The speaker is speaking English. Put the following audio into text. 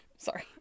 sorry